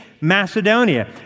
Macedonia